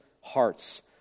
hearts